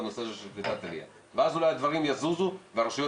בנושא הזה של קליטת עלייה ואז הדברים יזוזו והרשויות